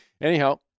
Anyhow